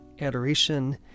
adoration